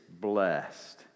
blessed